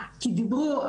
כי דיברו,